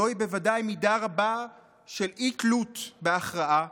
זוהי בוודאי מידה רבה של אי-תלות בהכרעה